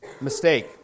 mistake